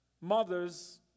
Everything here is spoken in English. mothers